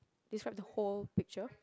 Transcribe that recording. describe the whole picture